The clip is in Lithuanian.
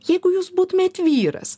jeigu jūs būtumėt vyras